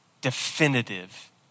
definitive